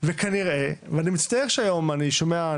וכנראה ואני מצטער שהיום אני שומע,